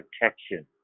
protection